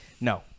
No